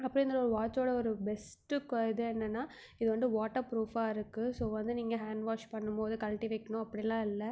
அப்புறம் இன்னோரு வாட்ச்சோடய ஒரு பெஸ்ட்டு இது என்னென்னால் இது வந்து வாட்டர் ப்ரூஃப்பாக இருக்குது ஸோ வந்து நீங்கள் ஹேண்ட் வாஷ் பண்ணும்போது கழட்டி வைக்கணும் அப்படிலாம் இல்லை